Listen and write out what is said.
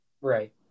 Right